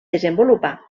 desenvolupà